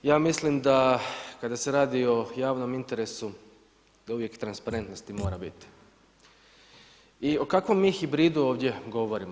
Ja mislim da kada se radi o javnom interesu da uvijek transparentnosti mora bit i o kakvom mi hibridu ovdje govorimo?